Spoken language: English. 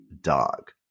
dog